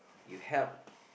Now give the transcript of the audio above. you help